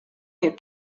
your